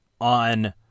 on